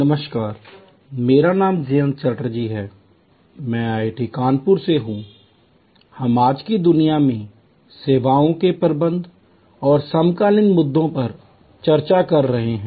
नमस्कार मेरा नाम जयंत चटर्जी है मैं IIT कानपुर से हूंI हम आज की दुनिया में सेवाओं के प्रबंधन और समकालीन मुद्दों पर चर्चा कर रहे हैं